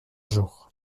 jour